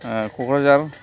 Kokrajhar